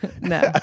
No